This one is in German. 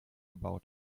gebaut